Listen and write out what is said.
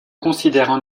considèrent